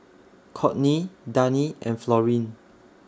Courtney Dani and Florene